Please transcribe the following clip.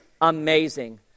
amazing